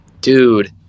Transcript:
Dude